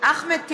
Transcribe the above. אחמד טיבי,